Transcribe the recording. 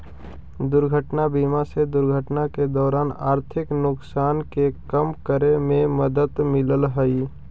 दुर्घटना बीमा से दुर्घटना के दौरान आर्थिक नुकसान के कम करे में मदद मिलऽ हई